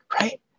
right